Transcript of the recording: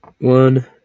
One